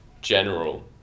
general